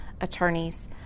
attorneys